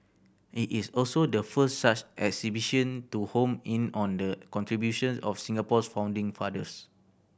it is also the first such exhibition to home in on the contributions of Singapore's founding fathers